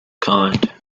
kind